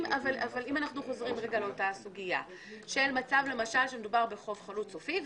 אבל אם אנחנו חוזרים לסוגיה שמדובר בחוב חלוט סופי,